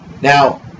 Now